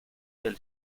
del